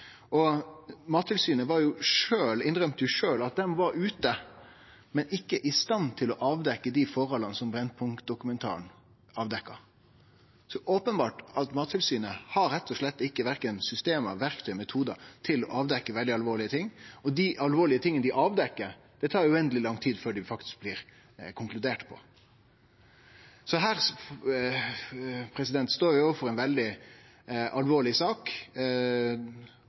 Mattilsynet innrømte sjølve at dei var ute, men ikkje i stand til å avdekkje dei forholda som Brennpunkt-dokumentaren avdekte. Så det er openbert at Mattilsynet verken har system, verktøy eller metodar til å avdekkje veldig alvorlege ting. Dei alvorlege tinga dei avdekkjer, tar det uendeleg lang tid før dei konkluderer i. Her står vi overfor ei veldig alvorleg sak. Vi har høyrt om fleire saker her